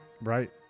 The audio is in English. Right